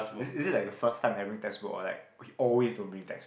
is it is it like the first time having textbooks or like he always don't bring text